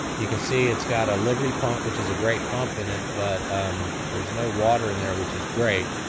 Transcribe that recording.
you can see it's got a liberty pump, which is a great pump in it, but there's no water in there which is great.